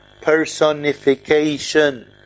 personification